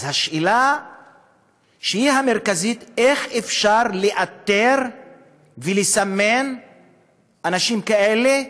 אז השאלה המרכזית היא איך אפשר לאתר ולסמן אנשים כאלה,